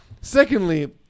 Secondly